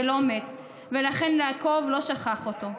ולא מת, ולכן יעקב לא שכח אותו.